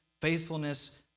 faithfulness